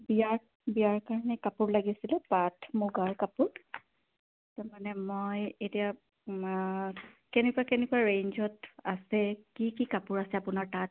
বিয়াৰ বিয়াৰ কাৰণে কাপোৰ লাগিছিলে পাট মুগাৰ কাপোৰ তাৰমানে মই এতিয়া কেনেকুৱা কেনেকুৱা ৰেঞ্জত আছে কি কি কাপোৰ আছে আপোনাৰ তাত